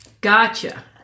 Gotcha